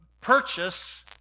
purchase